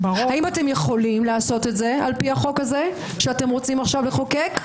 האם אתם יכולים לעשות זאת על פי החוק הזה שאתם רוצים עכשיו לחוקק,